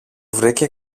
βρήκε